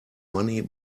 money